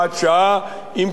אם כי לשלוש שנים.